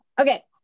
Okay